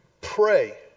pray